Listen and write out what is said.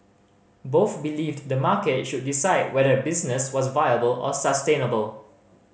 both believed the market should decide whether a business was viable or sustainable